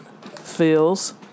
Feels